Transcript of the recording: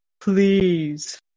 Please